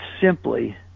simply